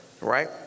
right